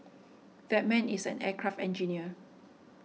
that man is an aircraft engineer